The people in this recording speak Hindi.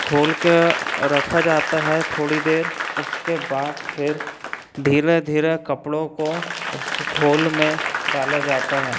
घोल कर रखा जाता है थोड़ी देर उसके बाद फिर धीरे धीरे कपड़ों को उस घोल में डाला जाता है